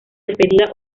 despedida